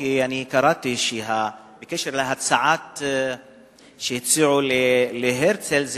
כי אני קראתי בקשר להצעה שהציעו להרצל,